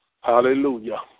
Hallelujah